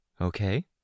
Okay